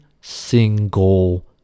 single